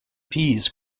pease